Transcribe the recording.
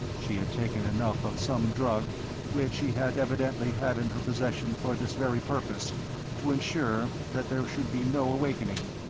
she had taken enough of some drug which she had evidently had in her possession for this very purpose to ensure that there should be no awakening,